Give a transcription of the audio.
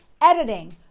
editing